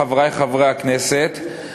חברי חברי הכנסת,